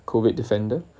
COVID defender